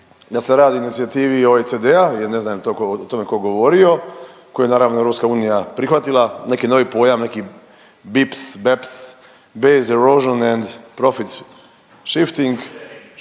da se radi o inicijativi OECD-a jer ne znam je li o tome ko govorio, koju je naravno EU prihvatila, neki novi pojam, neki BIPS, BEPS, Base erosion and profit shifting,